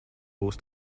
būs